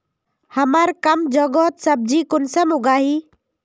हमार कम जगहत सब्जी कुंसम उगाही?